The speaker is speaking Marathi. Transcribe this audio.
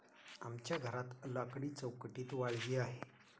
आमच्या घरात लाकडी चौकटीत वाळवी आहे